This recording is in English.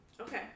Okay